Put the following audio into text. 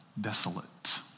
desolate